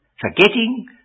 forgetting